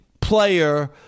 player –